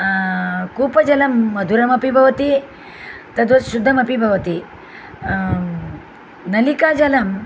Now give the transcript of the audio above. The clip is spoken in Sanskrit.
कूपजलं मधुरमपि भवति तद्वत् शुद्दमपि भवति नलिकाजलं